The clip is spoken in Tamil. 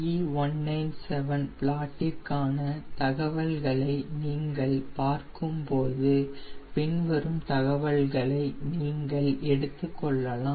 E197 ப்ளாட்டிற்கான தரவுகளை நீங்கள் பார்க்கும் போது பின்வரும் தகவல்களை நீங்கள் எடுத்துக் கொள்ளலாம்